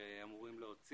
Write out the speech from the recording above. שהם אמורים להוציא,